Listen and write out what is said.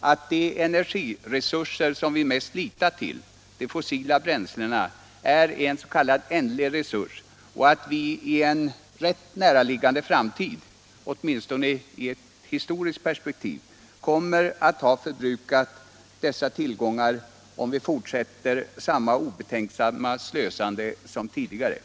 att de energiresurser som vi mest litat till, de fossila bränslena, är en s.k. ändlig resurs och att vi i en, i det historiska perspektivet, rätt näraliggande framtid kommer att ha förbrukat dessa tillgångar om vi fortsätter samma obetänksamma slösande som tidigare.